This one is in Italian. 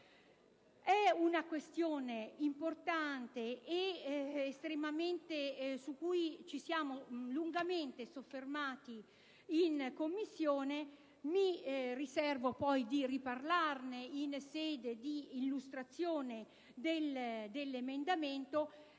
È una questione importante su cui ci siamo lungamente soffermati in Commissione. Mi riservo poi di riparlarne in sede di illustrazione degli emendamenti.